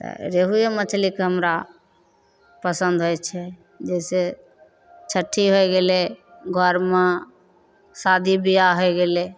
तऽ रेहुए मछलीके हमरा पसन्द होइ छै जइसे छठी होइ गेलै घरमे शादी बिआह होइ गेलै